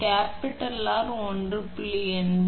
25 R 1